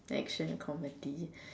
action comedy